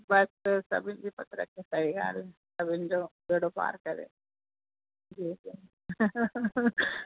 बसि सभिनि जी पत रखे सही ॻाल्हि सभिनि जो ॿेड़ो पार करे जी जी